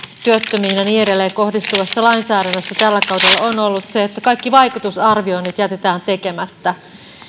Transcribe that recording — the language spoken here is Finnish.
työttömiin ja niin edelleen kohdistuvassa lainsäädännössä tällä kaudella on ollut se että kaikki vaikutusarvioinnit jätetään tekemättä